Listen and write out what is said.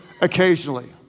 occasionally